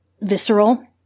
visceral